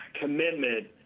commitment